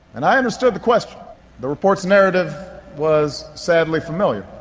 and i understood the question the report's narrative was sadly familiar.